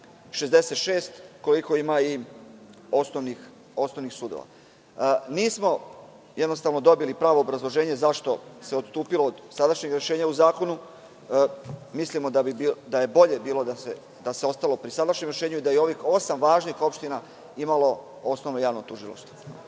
66, koliko ima i osnovnih sudova. Nismo jednostavno dobili pravo obrazloženje zašto se odstupili od sadašnjeg rešenja u zakonu. Mislimo da bi bolje bilo da se ostalo pri sadašnjem rešenju, da je ovih osam važnih opština imalo osnovno javno tužilaštvo.